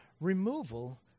removal